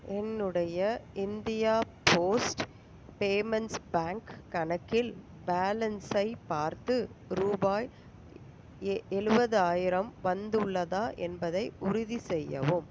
என்னுடைய India post payments bank கணக்கில் பேலன்ஸை பார்த்து ரூபாய் ஏ எழுபதாயிரம் வந்துள்ளதா என்பதை உறுதிசெய்யவும்